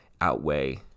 outweigh